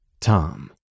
Tom